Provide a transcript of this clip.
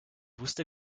wusste